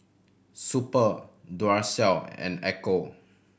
Super Duracell and Ecco